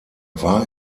war